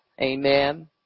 Amen